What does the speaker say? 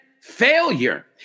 failure